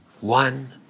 One